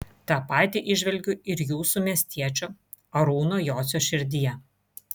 tą patį įžvelgiu ir jūsų miestiečio arūno jocio širdyje